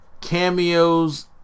Cameos